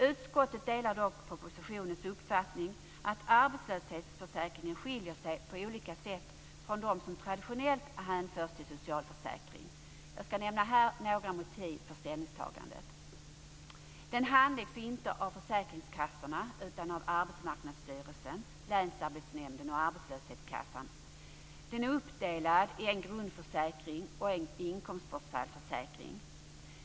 Utskottet delar dock propositionens uppfattning att arbetslöshetsförsäkringen på olika sätt skiljer sig från försäkringssystem som traditionellt hänförs till socialförsäkring. Jag ska nämna några motiv för detta ställningstagande. Arbetslöshetsförsäkringen handläggs inte av försäkringskassorna utan av Arbetsmarknadsstyrelsen, länsarbetsnämnderna och arbetslöshetskassorna. Den är uppdelad i en grundförsäkring och en inkomstbortfallsförsäkring.